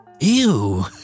ew